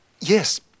Yes